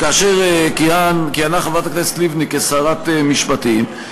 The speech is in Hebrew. כאשר כיהנה חברת הכנסת לבני כשרת משפטים,